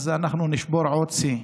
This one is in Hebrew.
אז אנחנו נשבור עוד שיא.